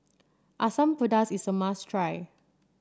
Asam Pedas is a must try